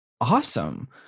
awesome